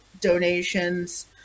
donations